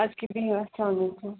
اَدٕ کیٛاہ بِہیُو اَسلامُ علیکُم